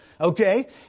Okay